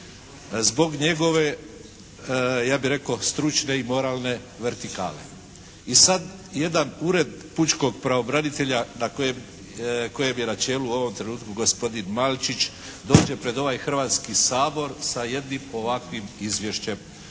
zbog njegove ja bih rekao stručne i moralne vertikale. I sad jedan Ured pučkog pravobranitelja na kojem, kojem je na čelu u ovom trenutku gospodin Malčić dođe pred ovaj Hrvatski sabor sa jednim ovakvim izvješćem